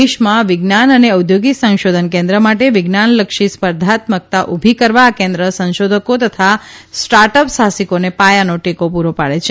દેશમાં વિજ્ઞાન અને ઔદ્યોગિક સંશોધન કેન્દ્ર માટે વિજ્ઞાનલક્ષી સ્પર્ધાત્મકતા ઉભી કરવા આ કેન્દ્ર સંશોધકો તથા સ્ટાર્ટઅપ સાહસિકોને પાયાનો ટેકો પૂરો પાડે છે